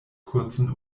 kurzen